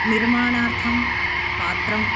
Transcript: निर्माणार्थं पात्रम्